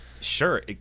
sure